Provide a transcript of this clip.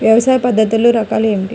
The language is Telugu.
వ్యవసాయ పద్ధతులు రకాలు ఏమిటి?